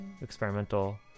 experimental